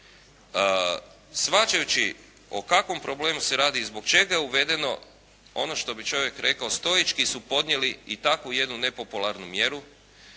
Shvaćajući o kakvom problemu se radi i zbog čega je uvedeno ono što bi čovjek rekao stoječki su podnijeli i takvu jednu nepopularnu mjeru.